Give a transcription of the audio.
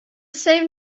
same